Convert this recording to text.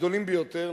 הגדולים ביותר,